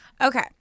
Okay